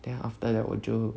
then after that 我就